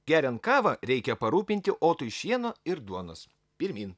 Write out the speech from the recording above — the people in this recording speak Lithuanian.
geriant kavą reikia parūpinti otui šieno ir duonos pirmyn